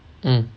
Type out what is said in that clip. mm